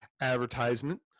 advertisement